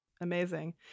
Amazing